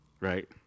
right